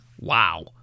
wow